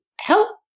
help